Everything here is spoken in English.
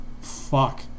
fuck